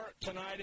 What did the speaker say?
tonight